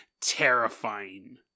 terrifying